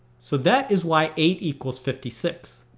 so that is why eight equals fifty six.